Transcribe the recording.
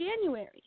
January